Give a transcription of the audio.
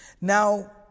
Now